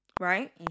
Right